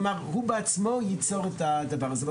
כלומר זה בעצמו ייצור את הדבר הזה,